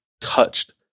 touched